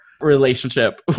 relationship